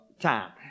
time